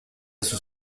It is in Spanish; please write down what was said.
sus